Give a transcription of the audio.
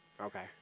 Okay